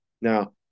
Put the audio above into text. Now